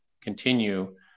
continue